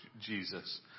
Jesus